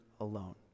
alone